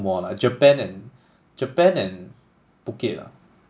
more lah Japan and Japan and Phuket ah